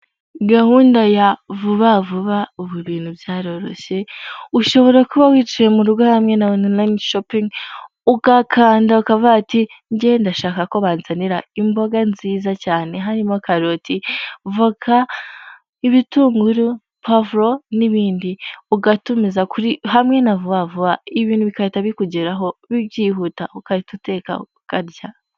Gahunda ya vuba vuba ubu ibintu byaroroshye, ushobora kuba wiciwe mu rugo hamwe na onorayini shopingi, ugakanda ukavuga uti njye ndashaka ko banzanira imboga nziza cyane harimo karoti, voka, ibitunguru, pavuro n'ibindi, ugatumiza kuri hamwe na vuba vuba, ibintu bigahita bikugeraho byihuta ugahita uteka ukarya.